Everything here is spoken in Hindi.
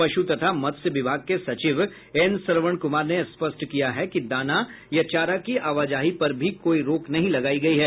पश् तथा मत्स्य विभाग के सचिव एन सरवण कुमार ने स्पष्ट किया है कि दाना या चारा की आवाजाही पर भी कोई रोक नहीं लगायी गयी है